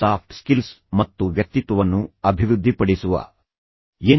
soft skills ಮತ್ತು ವ್ಯಕ್ತಿತ್ವವನ್ನು ಅಭಿವೃದ್ಧಿಪಡಿಸುವ ಎನ್